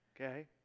Okay